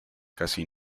casi